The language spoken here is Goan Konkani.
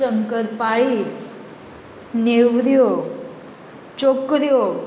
शंकरपाळी निवऱ्यो चोकऱ्यो